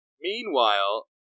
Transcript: Meanwhile